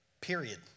period